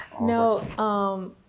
No